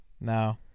No